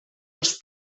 els